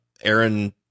Aaron